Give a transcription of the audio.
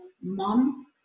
Mom